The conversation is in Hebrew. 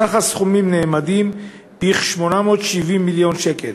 סך הסכומים נאמד ב-870 מיליון שקל.